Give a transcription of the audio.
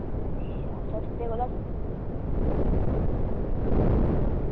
अच्छा सस्ते कोला